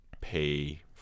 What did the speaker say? pay